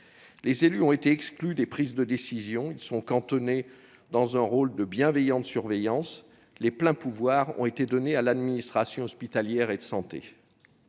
Les élus ont été exclus des prises de décision. Ils sont cantonnés dans un rôle de bienveillante surveillance. Les pleins pouvoirs ont été donnés à l'administration hospitalière et de santé.